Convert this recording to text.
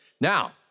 Now